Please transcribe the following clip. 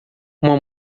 uma